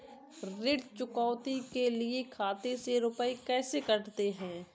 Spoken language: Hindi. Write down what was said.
ऋण चुकौती के लिए खाते से रुपये कैसे कटते हैं?